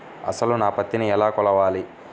అసలు నా పత్తిని ఎలా కొలవాలి?